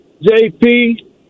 JP